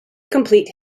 complete